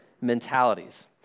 mentalities